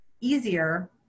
easier